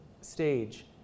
stage